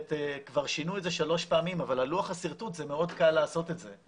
כבר שינו את זה שלוש פעמים אבל על לוח השרטוט זה מאוד קל לעשות את זה.